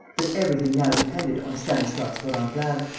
that everything now depended on stanislas vorenglade.